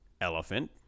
elephant